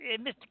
Mr